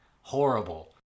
Horrible